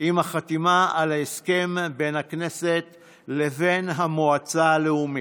עם החתימה על הסכם בין הכנסת לבין המועצה הלאומית.